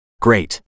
Great